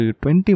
20